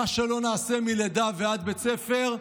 אם לא נעשה את זה מלידה ועד בית ספר,